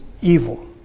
evil